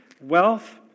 wealth